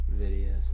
videos